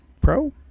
Pro